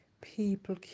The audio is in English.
People